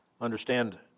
Understand